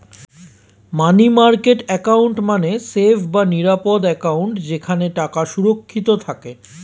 মানি market account মানে safe বা নিরাপদ অ্যাকাউন্ট যেখানে টাকা সুরক্ষিত থাকে